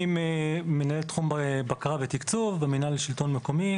אני מנהל תחום בקרה ותקצוב במנהל לשלטון מקומי,